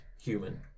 human